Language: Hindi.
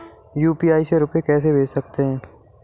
यू.पी.आई से रुपया कैसे भेज सकते हैं?